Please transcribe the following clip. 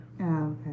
okay